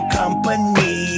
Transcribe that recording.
company